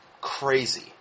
crazy